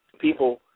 People